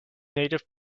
native